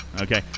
okay